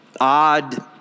odd